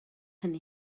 hynny